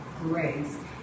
Grace